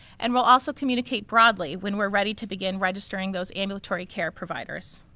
and we'll also communicate broadly when we're ready to begin registering those ambulatory care providers.